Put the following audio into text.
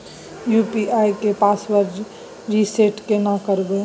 UPI के password reset केना करबे?